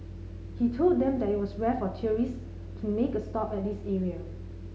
he told them there was rare for tourists to make a stop at this area